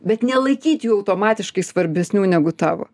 bet nelaikyt jų automatiškai svarbesnių negu tavo